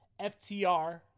FTR